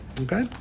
Okay